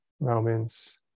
moments